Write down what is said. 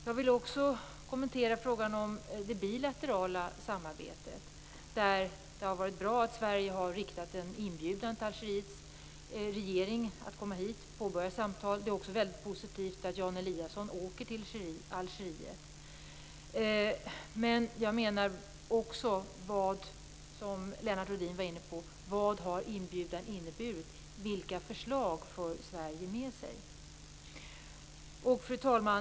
Jag vill också kommentera frågan om det bilaterala samarbetet. Det är bra att Sverige har riktat en inbjudan till Algeriets regering att komma hit och påbörja samtal. Det är också väldigt positivt att Jan Eliasson åker till Algeriet. Men - som också Lennart Rohdin var inne på - vad har inbjudan inneburit? Vilka förslag för Sverige med sig? Fru talman!